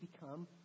become